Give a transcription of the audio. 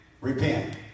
repent